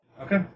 Okay